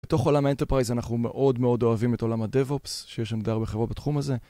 בתוך עולם האנטרפרייז אנחנו מאוד מאוד אוהבים את עולם הדאב-אופס, שיש שם די הרבה חברות בתחום הזה.